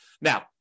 Now